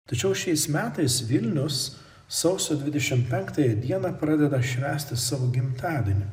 tačiau šiais metais vilnius sausio dvidešimt penktąją dieną pradeda švęsti savo gimtadienį